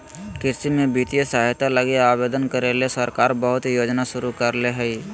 कृषि में वित्तीय सहायता लगी आवेदन करे ले सरकार बहुत योजना शुरू करले हइ